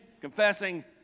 confessing